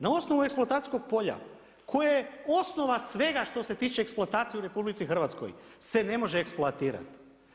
Na osnovu eksploatacijskog polja koje je osnova svega što se tiče eksploatacije u RH se ne može eksploatirati.